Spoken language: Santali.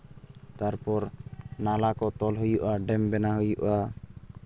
ᱛᱟᱨᱯᱚᱨ ᱱᱟᱞᱟ ᱠᱚ ᱛᱚᱞ ᱦᱩᱭᱩᱜᱼᱟ ᱰᱮᱢ ᱵᱮᱱᱟᱣ ᱦᱩᱭᱩᱜᱼᱟ